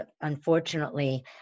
Unfortunately